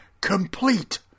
complete